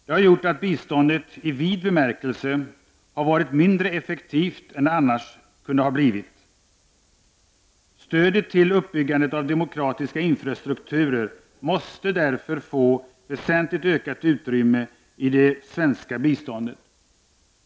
Det har gjort att biståndet i vid bemärkelse har varit mindre effektivt än det annars kunde ha blivit. Stödet till uppbyggandet av demokratiska infrastrukturer måste därför få väsentligt ökat utrymme i det svenska biståndet.